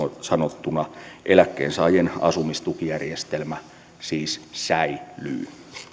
sanottuna eläkkeensaajien asumistukijärjestelmä siis säilyy